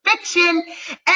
fiction